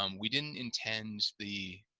um we didn't intend the